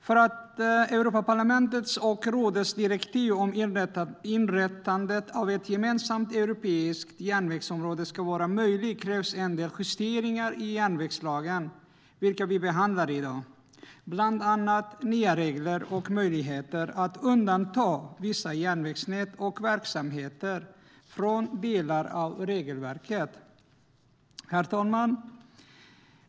För att Europaparlamentets och rådets direktiv om inrättandet av ett gemensamt europeiskt järnvägsområde ska vara möjligt krävs en del justeringar i järnvägslagen, vilka vi behandlar i dag, bland annat nya regler och möjligheter att undanta vissa järnvägsnät och verksamheter från delar av regelverket.